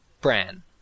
Bran